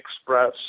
Express